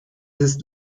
ist